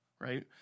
right